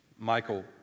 Michael